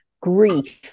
grief